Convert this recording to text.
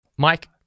Mike